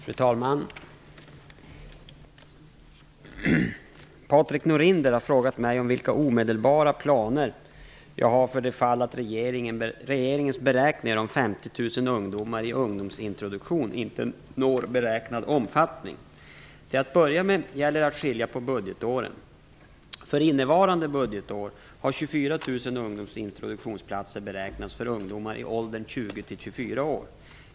Fru talman! Patrik Norinder har frågat mig om vilka omedelbara planer jag har för det fall att regeringens beräkningar om 50 000 ungdomar i ungdomsintroduktion inte når beräknad omfattning. Till att börja med gäller det att skilja på budgetåren. För innevarande budgetår har 24 000 ungdomsintroduktionsplatser beräknats för ungdomar i åldern 20-24 år.